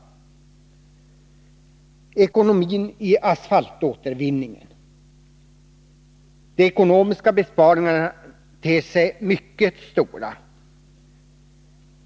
De ekonomiska besparingarna genom asfaltåtervinning ter sig mycket stora.